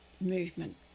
movement